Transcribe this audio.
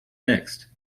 next